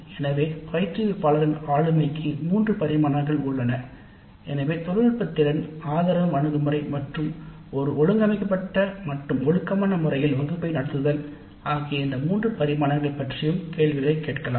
எனவே பயிற்றுவிப்பாளரின் ஆளுமைக்கு மூன்று பரிமாணங்கள் உள்ளன இந்த மூன்று பரிமாணங்களைப் பற்றியும் தொழில்நுட்ப திறன் ஆதரவு அணுகுமுறை மற்றும் ஒரு ஒழுங்கமைக்கப்பட்ட மற்றும் ஒழுக்கமான முறையில் வகுப்பின் நடத்தை பற்றி மேலும் கேள்விகளைக் கேட்கலாம்